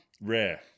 rare